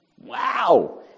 Wow